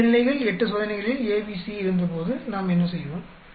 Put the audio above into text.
எனவே 2 நிலைகள் 8 சோதனைகளில் A B C இருந்தபோது நாம் என்ன செய்தோம்